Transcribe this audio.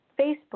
Facebook